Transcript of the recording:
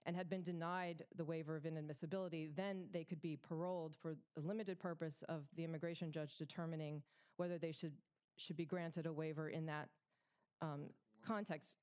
and had been denied the waiver of an admissibility then they could be paroled for a limited purpose of the immigration judge determining whether they should should be granted a waiver in that context